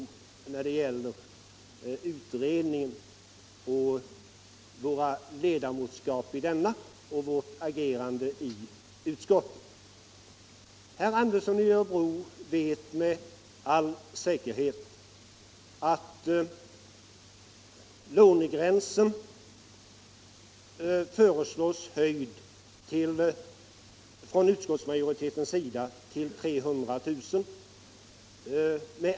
Jag vill vända mig till herr Andersson i Örebro angående vårt ledamotskap i företagareföreningsutredningen och vårt agerande i utskottet. Herr Andersson i Örebro vet med all säkerhet att lånegränsen från ut 109 110 skottsmajoritetens sida föreslås höjd till 300 000 kr.